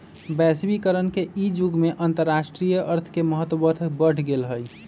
वैश्वीकरण के इ जुग में अंतरराष्ट्रीय अर्थ के महत्व बढ़ गेल हइ